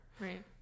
right